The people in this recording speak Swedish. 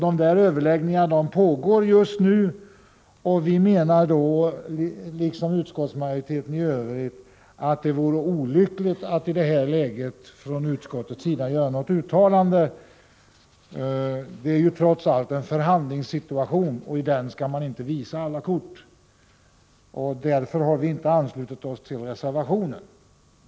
Utredningens överläggningar pågår just nu, och vi menar liksom utskottsmajoriteten i övrigt att det vore olyckligt om utskottet i det läget gjorde något uttalande. Det är trots allt fråga om en förhandlingssituation, där man inte skall visa alla kort, och vi har därför inte anslutit oss till reservationen.